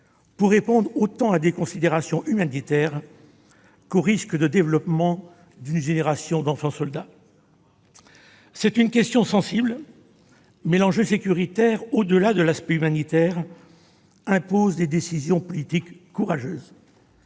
au regard tant de considérations humanitaires que du risque de voir se développer une génération d'enfants soldats. C'est une question sensible, mais l'enjeu sécuritaire, au-delà de l'aspect humanitaire, impose la prise de décisions politiques courageuses.